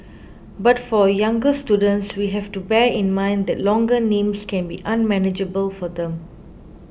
but for younger students we have to bear in mind that longer names can be unmanageable for them